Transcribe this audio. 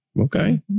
okay